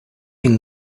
can